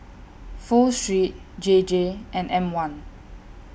Pho Street J J and M one